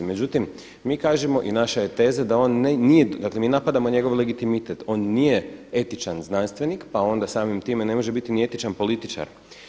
Međutim, mi kažemo i naša je teza da on nije, dakle mi napadamo njegov legitimitet, on nije etičan znanstvenik pa onda samim time ne može biti ni etičan političar.